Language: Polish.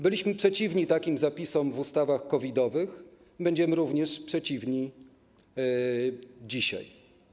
Byliśmy przeciwni takim zapisom w ustawach COVID-owych, będziemy również przeciwni dzisiaj.